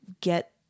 get